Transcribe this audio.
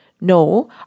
No